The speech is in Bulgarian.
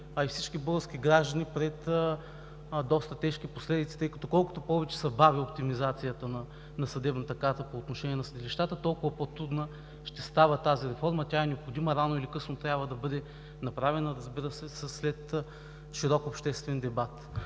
а и всички български граждани пред доста тежки последици, тъй като колкото повече се бави оптимизацията на съдебната карта по отношение на съдилищата, толкова по-трудна ще става тази реформа. Тя е необходима и рано или късно трябва да бъде направена, разбира се, след широк обществен дебат.